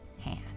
hand